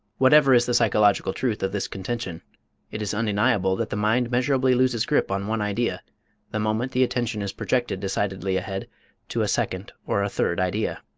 whatever is the psychological truth of this contention it is undeniable that the mind measurably loses grip on one idea the moment the attention is projected decidedly ahead to a second or a third idea.